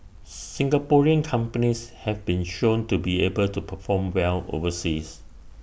Singaporean companies have been shown to be able to perform well overseas